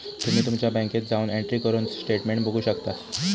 तुम्ही तुमच्या बँकेत जाऊन एंट्री करून स्टेटमेंट बघू शकतास